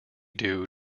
due